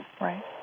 Right